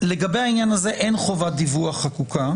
לגבי העניין הזה אין חובת דיווח חקוקה.